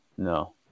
No